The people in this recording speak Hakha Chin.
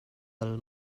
bal